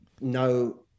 no